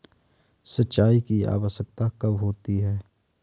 सिंचाई की आवश्यकता कब होती है?